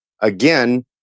again